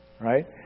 right